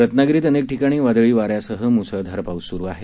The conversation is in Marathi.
रत्नागिरीत अनेक ठिकाणी वादळी वाऱ्यांसह म्सळधार पाऊस स्रु आहे